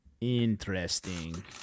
Interesting